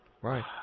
right